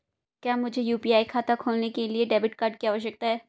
क्या मुझे यू.पी.आई खाता खोलने के लिए डेबिट कार्ड की आवश्यकता है?